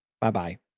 Bye-bye